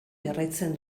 jarraitzen